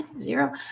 Zero